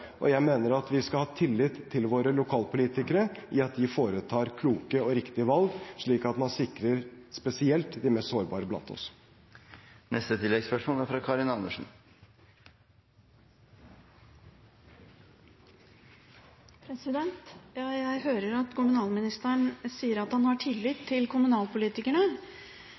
og jeg mener at vi skal ha tillit til at våre lokalpolitikere foretar kloke og riktige valg, slik at man sikrer spesielt de mest sårbare blant oss. Karin Andersen – til siste oppfølgingsspørsmål. Jeg hører at kommunalministeren sier at han har tillit til kommunalpolitikerne,